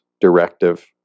directive